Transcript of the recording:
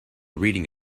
reading